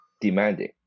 demanding